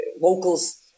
vocals